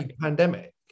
pandemic